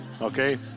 Okay